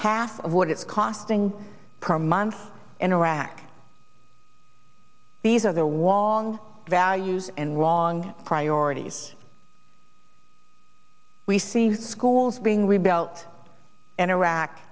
half of what it's costing per month in iraq these are the wall values and wrong priorities we see schools being rebuilt in iraq